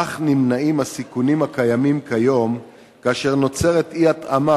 כך נמנעים הסיכונים הקיימים כיום כאשר נוצרת אי-התאמה